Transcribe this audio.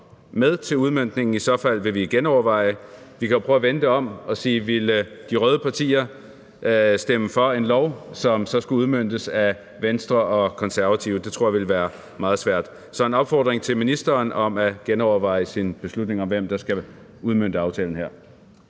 med til udmøntningen, og i så fald vil vi genoverveje det. Vi kan jo prøve at vende det om og sige: Ville de røde partier stemme for et lovforslag, som så skulle udmøntes af Venstre og Konservative? Det tror jeg ville være meget svært at forestille sig. Så det er en opfordring til ministeren om at genoverveje sin beslutning om, hvem der skal udmønte aftalen her.